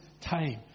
time